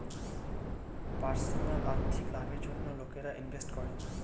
personal আর্থিক লাভের জন্য লোকগুলো ইনভেস্ট করে